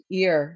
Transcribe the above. ear